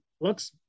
looks –